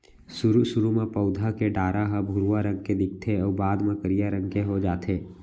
सुरू सुरू म पउधा के डारा ह भुरवा रंग के दिखथे अउ बाद म करिया रंग के हो जाथे